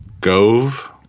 Gove